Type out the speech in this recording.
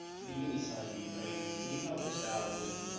leaving aside ukraine, can you help us out with